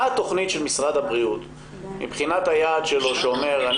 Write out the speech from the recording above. מה התכנית של משרד הבריאות מבחינת היעד שלו לגבי מספר העובדים?